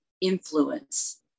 influence